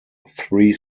three